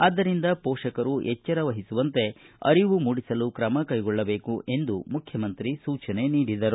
ಆದ್ದರಿಂದ ಪೋಷಕರು ಎಚ್ಚರ ವಹಿಸುವಂತೆ ಅರಿವು ಮೂಡಿಸಲು ಕ್ರಮ ಕೈಗೊಳ್ಳಬೇಕು ಎಂದು ಮುಖ್ಯಮಂತ್ರಿ ಸೂಚನೆ ನೀಡಿದರು